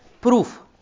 proof